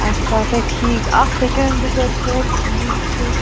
اَچھا اَچھا ٹھیٖک اَکھ سیٚکَنٛڈ بہٕ کَرٕ چیٚک بہٕ وُچھٕ